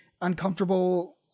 uncomfortable